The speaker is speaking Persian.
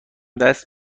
دست